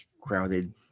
crowded